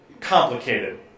complicated